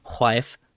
wife